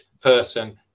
person